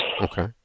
Okay